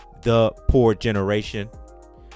thepoorgeneration